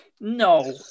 No